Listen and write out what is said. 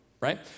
right